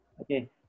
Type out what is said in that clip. Okay